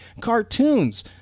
cartoons